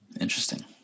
interesting